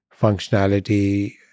functionality